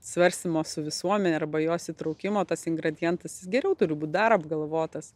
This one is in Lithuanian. svarstymo su visuomene arba jos įtraukimo tas ingredientas jis geriau turi būt dar apgalvotas